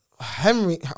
Henry